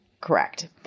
Correct